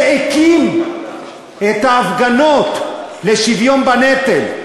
שהקים את ההפגנות לשוויון בנטל,